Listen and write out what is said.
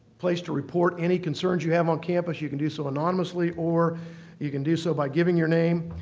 place to report any concerns you have on campus. you can do so anonymously or you can do so by giving your name.